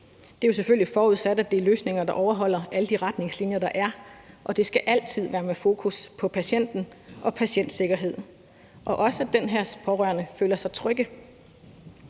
Det er jo selvfølgelig forudsat, at det er løsninger, der overholder alle de retningslinjer, der er, og det skal altid være med fokus på patienten og patientsikkerhed og sådan, at de pårørende føler sig trygge.